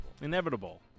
Inevitable